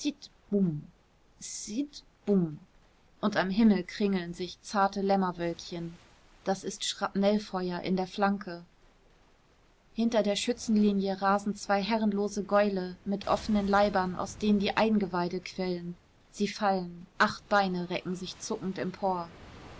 und am himmel kringeln sich zarte lämmerwölkchen das ist schrapnellfeuer in der flanke hinter der schützenlinie rasen zwei herrenlose gäule mit offenen leibern aus denen die eingeweide quellen sie fallen acht beine recken sich zuckend empor